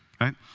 right